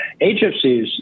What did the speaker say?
HFCs